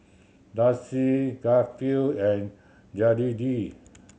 Darci Garfield and Jedidiah